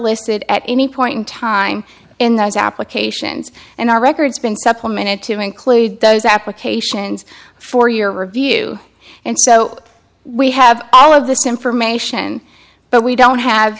listed at any point in time in those applications and our records been supplemented to include those applications for your review and so we have all of this information but we don't have